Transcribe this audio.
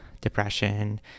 depression